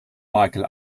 mickle